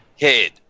head